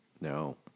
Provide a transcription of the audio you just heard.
No